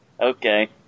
Okay